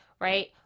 Right